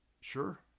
Sure